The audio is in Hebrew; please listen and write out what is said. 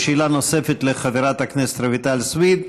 שאלה נוספת לחברת הכנסת רויטל סויד,